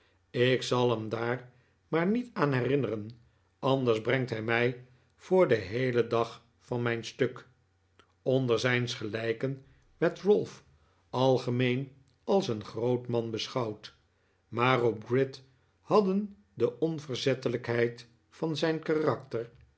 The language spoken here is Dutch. ik zal hem daar maar niet aan herinneren anders brengt hij mij voor den heelen dag van mijn stuk onder zijns gelijken werd ralph algemeen als een groot man beschouwd maar op gride hadden de onverzettelijkheid van zijn karakter